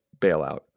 bailout